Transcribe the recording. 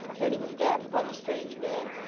turning his back upon the strange man,